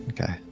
Okay